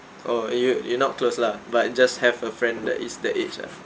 oh you you're not close lah but just have a friend that is that age ah